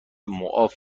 معاف